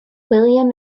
william